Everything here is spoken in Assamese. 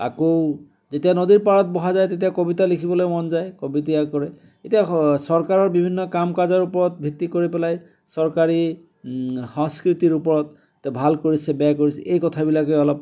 আকৌ যেতিয়া নদীৰ পাৰত বহা যায় তেতিয়া কবিতা লিখিবলে মন যায় কবিতা কৰে এতিয়া স চৰকাৰৰ বিভিন্ন কাম কাজৰ ওপৰত ভিত্তি কৰি পেলাই চৰকাৰী সংস্কৃতিৰ ওপৰত এতিয়া ভাল কৰিছে বেয়া কৰিছে এই কথাবিলাকে অলপ